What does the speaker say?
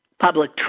Public